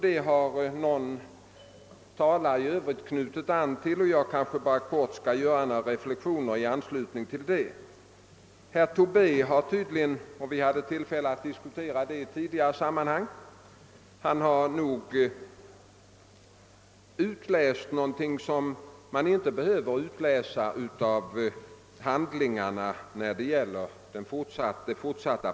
Det har även någon annan talare knutit an till, och jag skall helt kortfattat göra några reflexioner i anslutning härtill. Herr Tobé har tydligen — och den saken har vi haft tillfälle att diskutera i tidigare sammanhang — ur handlingarna beträffande det fortsatta planeringsarbetet utläst någonting som man inte bör utläsa därur.